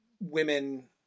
women